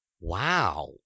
wow